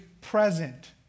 present